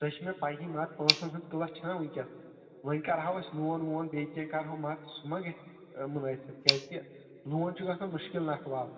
سُے چھ مےٚ پیی مگر پوٗنٛسن ہٕنٛز قِلعت چھنا وُنکیٚس وۄنۍ کرٕہاو أسۍ لوٗن وون بیٚیہِ کیٚنٛہہ کرٕہاو مگر سُہ ما گژھہِ مُنٲسِب کیٛازِ کہ لوٗن چھُ گژھان مُشکِل نکھہٕ والُن